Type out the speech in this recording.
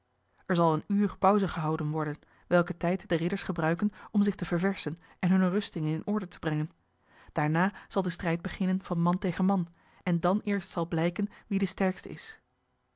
er zal een uur pauze gehouden worden welken tijd de ridders gebruiken om zich te ververschen en hunne rustingen in orde te brengen daarna zal de strijd beginnen van man tegen mail en dan eerst zal blijken wie de sterkste is